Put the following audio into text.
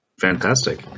Fantastic